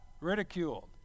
ridiculed